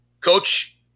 Coach